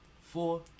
four